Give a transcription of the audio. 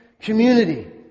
community